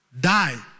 die